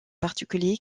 particulier